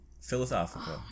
Philosophical